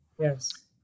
Yes